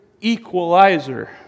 equalizer